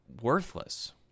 worthless